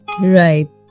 Right